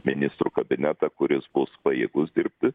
ministrų kabinetą kuris bus pajėgus dirbti